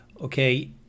okay